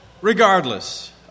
Regardless